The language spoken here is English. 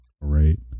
right